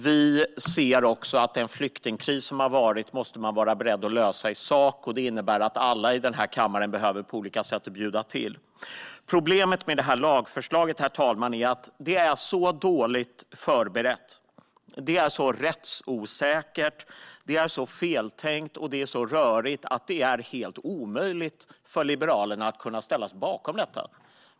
Vi anser också att man måste vara beredd att i sak lösa den flyktingkris som har rått, vilket innebär att alla i denna kammare på olika sätt behöver bjuda till. Problemet med detta lagförslag, herr talman, är att det är så dåligt förberett, så rättsosäkert, så feltänkt och så rörigt att det är helt omöjligt för oss liberaler att ställa oss bakom det.